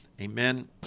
amen